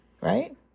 right